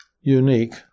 unique